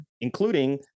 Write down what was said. including